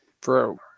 Bro